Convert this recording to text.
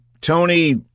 Tony